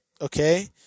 okay